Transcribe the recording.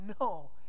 no